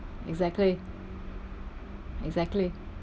exactly exactly